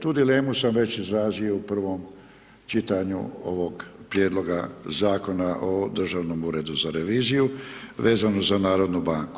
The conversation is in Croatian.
Tu dilemu sam već izrazio u prvom čitanju ovog prijedloga Zakona o Državnom uredu za reviziju vezano za narodnu banku.